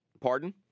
Pardon